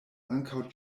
ankaŭ